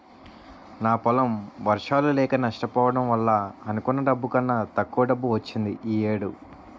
నా పొలం వర్షాలు లేక నష్టపోవడం వల్ల అనుకున్న డబ్బు కన్నా తక్కువ డబ్బు వచ్చింది ఈ ఏడు